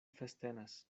festenas